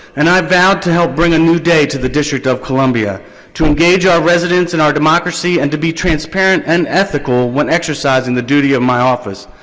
and i vowed to help bring a new day to the district of columbia to engage our residents in our democracy and to be transparent and ethical when exercising the duty of my office.